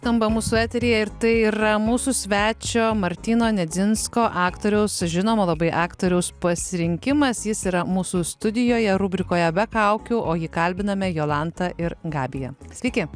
skamba mūsų eteryje ir tai yra mūsų svečio martyno nedzinsko aktoriaus žinomo labai aktoriaus pasirinkimas jis yra mūsų studijoje rubrikoje be kaukių o jį kalbiname jolanta ir gabija sveiki